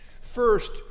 First